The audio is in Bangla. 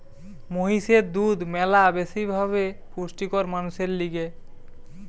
মহিষের দুধ ম্যালা বেশি ভাবে পুষ্টিকর মানুষের লিগে